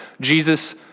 Jesus